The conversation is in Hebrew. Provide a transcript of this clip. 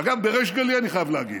אגב, בריש גלי, אני חייב להגיד,